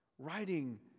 Writing